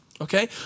okay